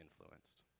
influenced